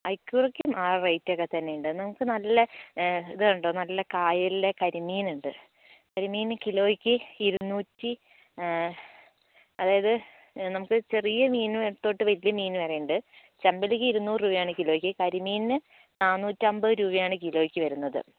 അയികൂറക്കും ആ റേറ്റ് ഒക്കെ തന്നെ ഉണ്ട് എന്താവെച്ചാൽ ഇതു കണ്ടോ നല്ല കായലെ കരിമീൻ ഉണ്ട് കരിമീൻ കിലോക്ക് ഇരുനൂറ്റി അതായത് നമുക്ക് ചെറിയ മീൻ തൊട്ട് വലിയ മീൻ വരെ ഉണ്ട് ചെമ്പല്ലിക്ക് ഇരുന്നൂറ് രൂപയാണ് കിലോയ്ക്ക് കരിമീൻന് കിലോക്ക് നാന്നൂറ്റി അൻപത് രൂപയാണ് കിലോക്ക് വരുന്നത്